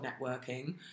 networking